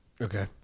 Okay